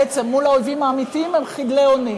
בעצם, מול האויבים האמיתיים הם חדלי אונים,